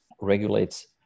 regulates